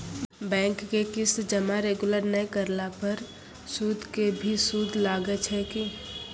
Bank के किस्त जमा रेगुलर नै करला पर सुद के भी सुद लागै छै कि?